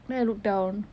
then I look down